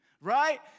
Right